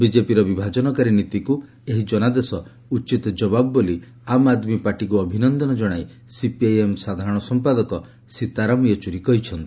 ବିଜେପିର ବିଭାଜନକାରୀ ନୀତିକୁ ଏହି ଜନାଦେଶ ଉଚିତ ଜବାବ ବୋଲି ଆମ୍ ଆଦ୍ମୀ ପାର୍ଟିକୁ ଅଭିନନ୍ଦନ ଜଣାଇ ସିପିଆଇଏମ୍ ସାଧାରଣ ସମ୍ପାଦକ ସୀତାରାମ ୟେଚୁରୀ କହିଛନ୍ତି